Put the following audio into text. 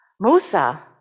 Musa